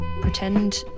pretend